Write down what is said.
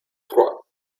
trois